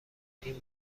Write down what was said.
این